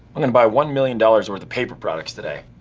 i'm gonna buy one million dollars worth of paper products today.